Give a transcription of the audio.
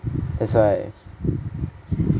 that's why